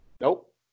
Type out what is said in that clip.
Nope